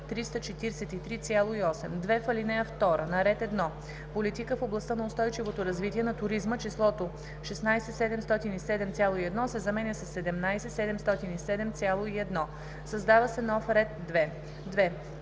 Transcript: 343,8“. 2. в ал. 2: - на ред 1. Политика в областта на устойчивото развитие на туризма числото „16 707,1“ се заменя с „17 707,1“. - създава се нов ред 2: